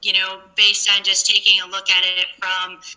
you know based on just taking a look at it it from